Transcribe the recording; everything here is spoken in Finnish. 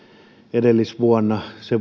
edellisvuonna sen